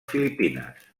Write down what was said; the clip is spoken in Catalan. filipines